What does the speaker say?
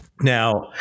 now